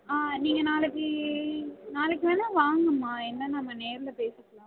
ஆ நீங்கள் நாளைக்கு நாளைக்கு வேணால் வாங்கமா என்னனு நம்ம நேரில் பேசிக்கலாம்